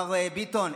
מר ביטון,